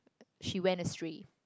she went astray